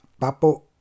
Papo